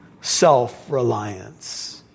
self-reliance